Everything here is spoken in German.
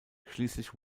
schließlich